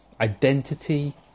identity